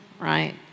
right